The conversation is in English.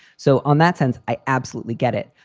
so on that sense, i absolutely get it.